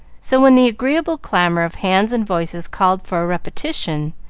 so, when the agreeable clamor of hands and voices called for a repetition,